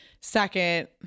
second